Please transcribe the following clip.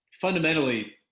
fundamentally